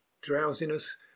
drowsiness